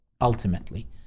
ultimately